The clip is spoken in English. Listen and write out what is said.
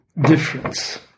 difference